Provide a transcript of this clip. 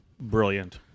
Brilliant